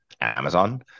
Amazon